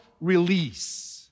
release